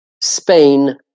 Spain